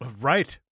Right